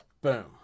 Boom